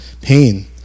pain